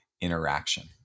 interaction